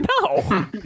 no